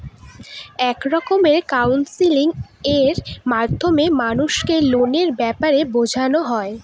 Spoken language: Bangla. এক রকমের কাউন্সেলিং এর মাধ্যমে মানুষকে লোনের ব্যাপারে বোঝানো হয়